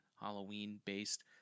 Halloween-based